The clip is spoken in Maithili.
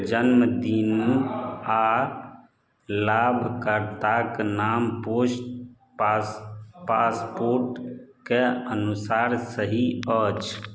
जन्मदिन आ लाभकर्ताक नाम पोस पास पासपोर्टके अनुसार सही अछि